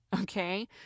okay